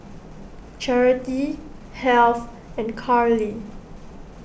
Charity Heath and Carley